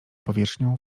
powierzchnią